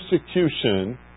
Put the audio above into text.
persecution